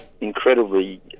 incredibly